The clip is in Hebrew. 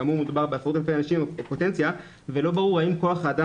כאמור מדובר בעשרות אלפי אנשים בפוטנציה ולא ברור האם כוח האדם